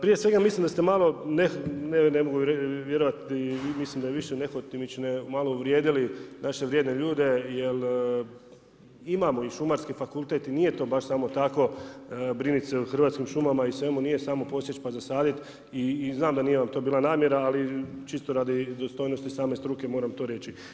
Prije svega mislim da ste malo ne mogu vjerovati, mislim da je više nehotimične malo uvrijedili naše vrijedne ljude jer imamo i Šumarski fakultet i nije to baš samo tako brinut se o Hrvatskim šumama i svemu, nije samo posjeć pa zasadit i znam da vam to nije bila namjera, ali čisto radi dostojnosti same struke moram to reći.